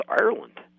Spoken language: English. Ireland